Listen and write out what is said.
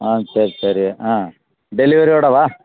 ஆ சரி சரி ஆ டெலிவரிவோடவா